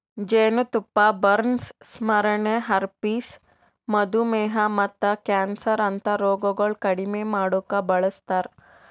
ಜೇನತುಪ್ಪ ಬರ್ನ್ಸ್, ಸ್ಮರಣೆ, ಹರ್ಪಿಸ್, ಮಧುಮೇಹ ಮತ್ತ ಕ್ಯಾನ್ಸರ್ ಅಂತಾ ರೋಗಗೊಳ್ ಕಡಿಮಿ ಮಾಡುಕ್ ಬಳಸ್ತಾರ್